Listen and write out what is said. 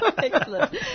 Excellent